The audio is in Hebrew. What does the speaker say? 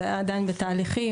זה היה עדיין בתהליכים,